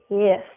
Yes